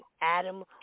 Adam